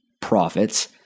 profits